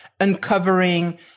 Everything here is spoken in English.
uncovering